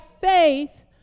faith